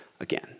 again